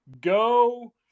Go